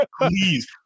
Please